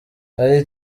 iri